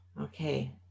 Okay